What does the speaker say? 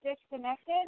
disconnected